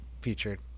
featured